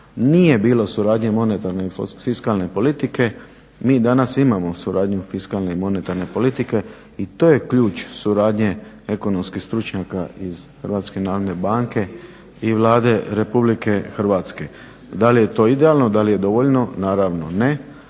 nije bilo suradnje monetarne i fiskalne politike, mi danas imamo suradnju fiskalne i monetarne politike i to je ključ suradnje ekonomskih stručnjaka iz Hrvatske narodne banke i Vlade Republike Hrvatske. Da li je to idealno, da li je dovoljno? Naravno ne,